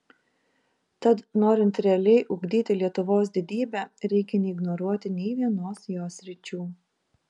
tad norint realiai ugdyti lietuvos didybę reikia neignoruoti nei vienos jos sričių